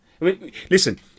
Listen